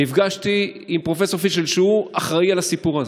נפגשתי עם פרופסור פישל, שהוא אחראי לסיפור הזה.